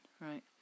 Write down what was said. Right